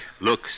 look